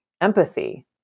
empathy